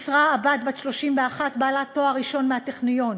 אסראא עבד, בת 31, בעלת תואר ראשון מהטכניון.